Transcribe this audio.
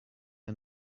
are